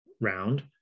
round